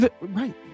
Right